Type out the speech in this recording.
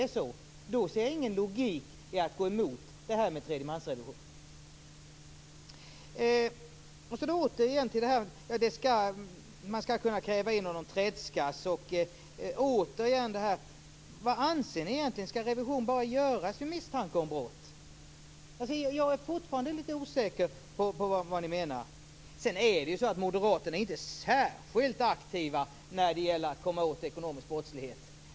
Då ser jag ingen logik i att gå emot förslaget om tredjemansrevision. Catharina Hagen sade att man skall kunna kräva in uppgifter om företagen tredskas. Jag vill återigen fråga vad ni egentligen anser. Skall revision bara göras vid misstanke om brott? Jag är fortfarande lite osäker på vad ni menar. Moderaterna är inte särskilt aktiva när det gäller att komma åt ekonomisk brottslighet.